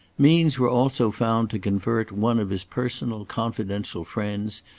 means were also found to convert one of his personal, confidential friends,